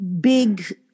big